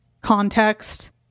context